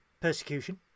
persecution